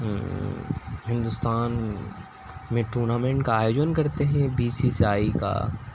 ہندوستان میں ٹورنامنٹ کا آیوجن کرتے ہیں بی سی سی آئی کا